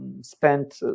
spent